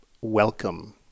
welcome